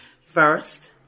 First